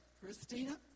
Christina